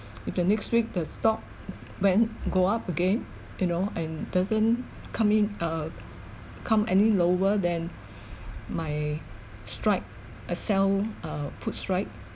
if the next week the stock went go up again you know and doesn't come in err come any lower than my strike uh sell uh put strike